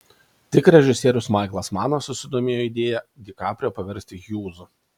tik režisierius maiklas manas susidomėjo idėja di kaprijo paversti hjūzu